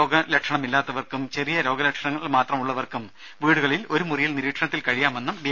രോഗലക്ഷണങ്ങളില്ലാത്തവർക്കും ചെറിയ രോഗലക്ഷണങ്ങൾ മാത്രം ഉളളവർക്കും വീടുകളിൽ ഒരു മുറിയിൽ നിരീക്ഷണത്തിൽ കഴിയാമെന്നും ഡി